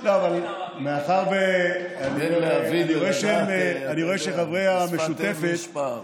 חבריי חברי הכנסת,